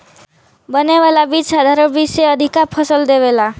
बने वाला बीज साधारण बीज से अधिका फसल देवेला